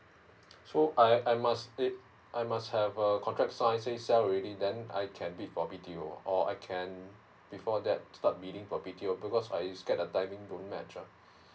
so I I must sta~ I must have a contract signed say sale already then I can bid for B T O ah or I can before that start bidding for B T O because I scare the timing don't match ah